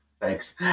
Thanks